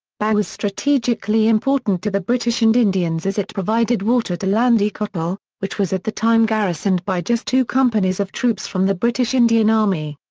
was strategically important to the british and indians as it provided water to landi kotal, which was at the time garrisoned by just two companies of troops from the british indian army.